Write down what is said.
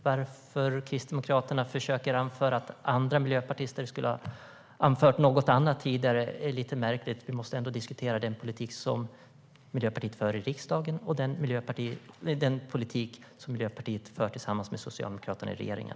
Varför Kristdemokraterna försöker anföra att andra miljöpartister tidigare skulle ha anfört något annat är märkligt. Vi måste trots allt diskutera den politik som Miljöpartiet för i riksdagen och den politik som Miljöpartiet för tillsammans med Socialdemokraterna i regeringen.